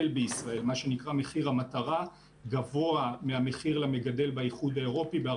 החלב מחיר המטרה לחלב.) (מוקרן שקף,